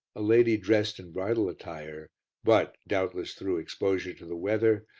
a lady dressed in bridal attire but, doubtless through exposure to the weather,